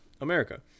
america